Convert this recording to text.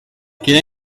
crida